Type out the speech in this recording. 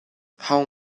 how